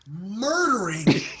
murdering